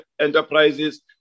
enterprises